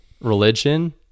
religion